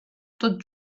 tot